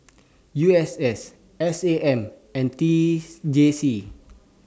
U S S S A M and teeth J C